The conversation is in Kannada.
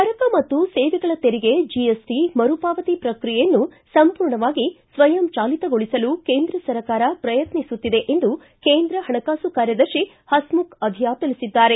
ಸರಕು ಮತ್ತು ಸೇವೆಗಳ ತೆರಿಗೆ ಜಿಎಸ್ಟಿ ಮರುಪಾವತಿ ಪ್ರಕ್ರಿಯೆಯನ್ನು ಸಂಪೂರ್ಣವಾಗಿ ಸ್ವಯಂಚಾಲಿತಗೊಳಿಸಲು ಕೇಂದ್ರ ಸರ್ಕಾರ ಪ್ರಯತ್ನಿಸುತ್ತಿದೆ ಎಂದು ಕೇಂದ್ರ ಪಣಕಾಸು ಕಾರ್ಯದರ್ಶಿ ಪಸ್ಮುಖ್ ಅಧಿಯಾ ತಿಳಿಸಿದ್ದಾರೆ